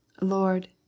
Lord